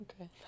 okay